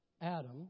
Adam